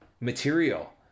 material